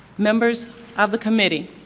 members of the committee,